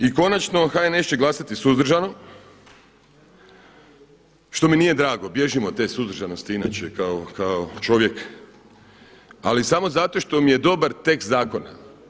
I konačno, HNS će glasati suzdržano što mi je drago, bježim od te suzdržanosti inače kao čovjek, ali samo zato što mi je dobar tekst zakona.